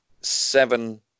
seven